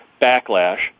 backlash